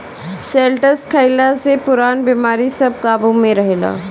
शैलटस खइला से पुरान बेमारी सब काबु में रहेला